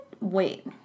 Wait